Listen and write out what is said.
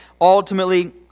ultimately